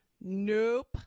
Nope